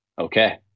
Okay